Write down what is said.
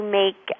make